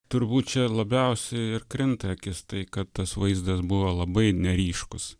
turbūt čia labiausiai ir krinta į akis tai kad tas vaizdas buvo labai neryškus